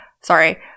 sorry